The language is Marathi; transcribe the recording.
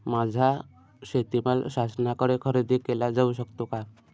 माझा शेतीमाल शासनाकडे खरेदी केला जाऊ शकतो का?